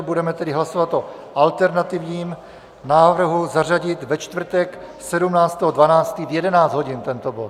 Budeme tedy hlasovat o alternativním návrhu zařadit ve čtvrtek 17. 12. v 11 hodin tento bod.